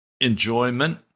enjoyment